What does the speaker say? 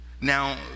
Now